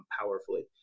powerfully